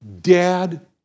dad